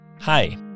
Hi